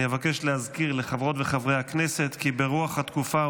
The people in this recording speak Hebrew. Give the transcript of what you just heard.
אני אבקש להזכיר לחברות ולחברי הכנסת כי ברוח התקופה,